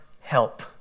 help